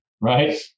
right